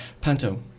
Panto